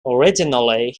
originally